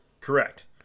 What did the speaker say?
Correct